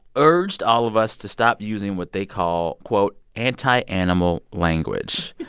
urged all of us to stop using what they call, quote, anti-animal language.